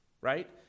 right